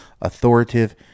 authoritative